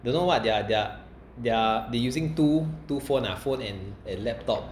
don't know what they're they're they're they using two two phone ah two phone and laptop